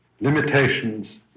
limitations